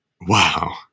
wow